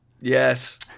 Yes